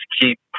keep